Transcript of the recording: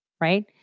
Right